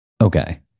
Okay